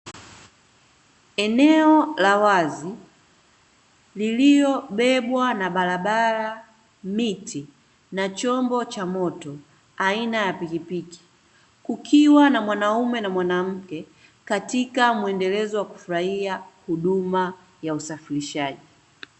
Eneo la wazi liliobebwa na barabara, miti na chombo cha moto aina ya pikipiki, kukiwa na mwanamume na mwanamke, katika mwendelezo wa kufurahia huduma ya usafirishaji.